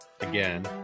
again